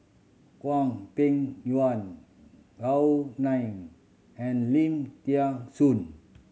Hwang Peng Yuan Gao Ning and Lim Thean Soon